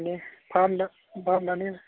माने फाहामदो फाहामनानै